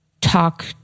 talk